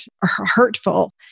hurtful